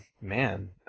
man